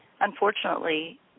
Unfortunately